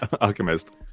Alchemist